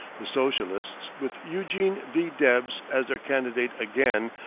the socialists, with eugene v. debs as their candidate again,